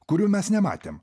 kurių mes nematėm